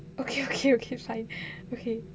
okay okay okay fine okay